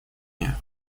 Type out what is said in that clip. нее